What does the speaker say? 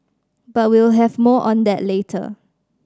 but we'll have more on that later